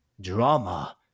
Drama